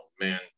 man